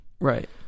Right